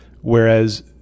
Whereas